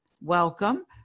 Welcome